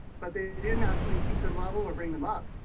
but they didn't actually keep them level or bring them up,